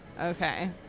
Okay